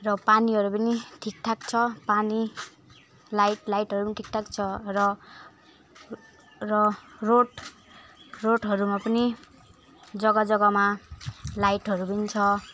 र पानीहरू पनि ठिकठाक छ पानी लाइट लाइटहरू पनि ठिकठाक छ र र रोड रोडहरूमा पनि जग्गा जग्गामा लाइटहरू पनि छ